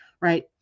right